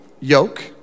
yoke